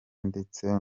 ndetse